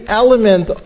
element